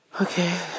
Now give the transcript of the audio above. Okay